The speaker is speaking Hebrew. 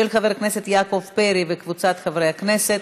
של חבר הכנסת יעקב פרי וקבוצת חברי הכנסת.